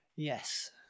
Yes